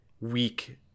weak